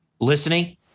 listening